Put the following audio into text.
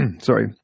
sorry